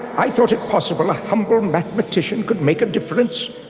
i thought it possible a humble mathematician could make a difference.